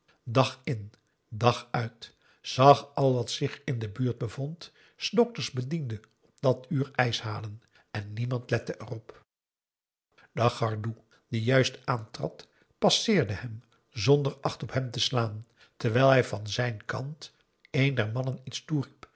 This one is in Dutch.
dag in dag uit zag al wat zich in de buurt bevond s dokters bediende op dat uur ijs halen en niemand lette er op de gardoe die juist aantrad passeerde hem zonder acht op hem te slaan terwijl hij van zijn kant een der mannen iets